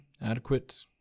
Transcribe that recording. adequate